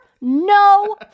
No